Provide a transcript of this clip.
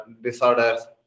disorders